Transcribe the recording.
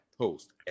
post